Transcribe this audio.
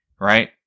Right